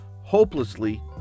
hopelessly